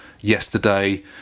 yesterday